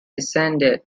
descended